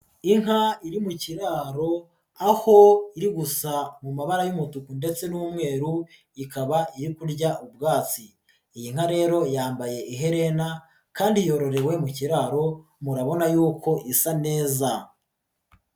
Inka iri mu kiraro, aho iri gusa mu mabara y'umutuku ndetse n'umweru, ikaba iri kurya ubwatsi, iyi nka rero yambaye iherena kandi yororewe mu kiraro, murabona yuko isa neza.